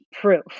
proof